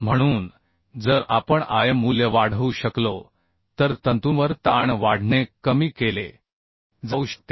म्हणून जर आपण आय मूल्य वाढवू शकलो तर तंतूंवर ताण वाढणे कमी केले जाऊ शकते